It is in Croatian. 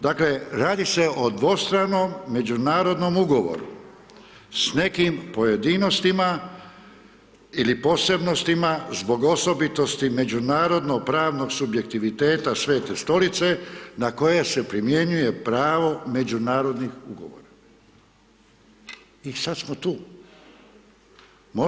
Dakle, radi se o dvostranom međunarodnom ugovoru s nekim pojedinostima ili posebnostima zbog osobitosti međunarodno pravnog subjektiviteta Svete Stolice na koje se primjenjuje pravo međunarodnih ugovora i sad smo tu.